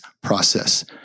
process